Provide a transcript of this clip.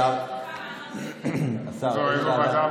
--- השר, איזו ועדה?